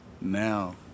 now